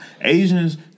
Asians